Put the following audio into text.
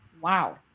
Wow